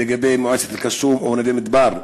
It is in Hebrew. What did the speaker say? מועצת אל-קסום ונווה-מדבר?